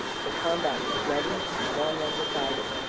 the combat was bloody and long undecided,